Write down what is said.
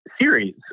Series